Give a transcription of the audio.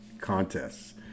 contests